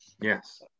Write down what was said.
Yes